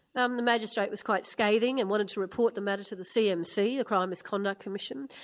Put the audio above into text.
the um the magistrate was quite scathing and wanted to report the matter to the cmc, the crime misconduct commission,